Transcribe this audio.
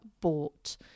bought